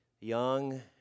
young